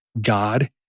God